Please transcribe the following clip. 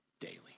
daily